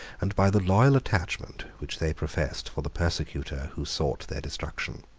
and by the loyal attachment which they professed for the persecutor who sought their destruction.